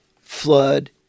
flood